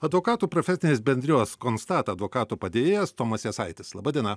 advokatų profesinės bendrijos konstata advokato padėjėjas tomas jasaitis laba diena